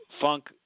Funk